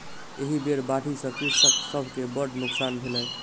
एहि बेर बाढ़ि सॅ कृषक सभ के बड़ नोकसान भेलै